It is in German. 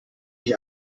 ich